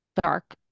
dark